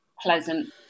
pleasant